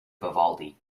vivaldi